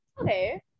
okay